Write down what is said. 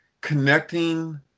connecting